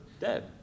dead